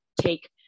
take